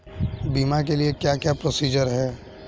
बीमा के लिए क्या क्या प्रोसीजर है?